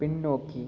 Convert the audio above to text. பின்னோக்கி